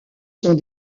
sont